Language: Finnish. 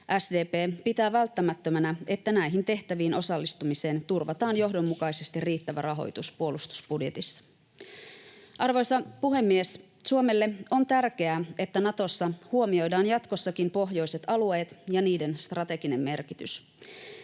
SDP pitää välttämättömänä, että näihin tehtäviin osallistumiseen turvataan johdonmukaisesti riittävä rahoitus puolustusbudjetissa. Arvoisa puhemies! Suomelle on tärkeää, että Natossa huomioidaan jatkossakin pohjoiset alueet ja niiden strateginen merkitys.